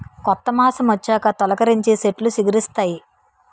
కొత్త మాసమొచ్చాక తొలికరించి సెట్లు సిగిరిస్తాయి